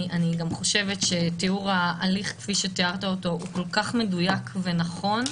אני גם חושבת שתיאור ההליך כפי שתיארת אותו הוא כל-כך מדויק ונכון.